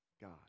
God